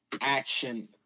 action